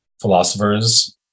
philosophers